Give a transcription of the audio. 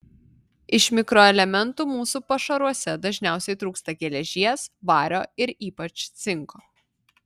iš mikroelementų mūsų pašaruose dažniausiai trūksta geležies vario ir ypač cinko